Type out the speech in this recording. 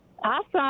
Awesome